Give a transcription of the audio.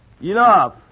enough